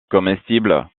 comestibles